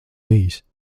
bijis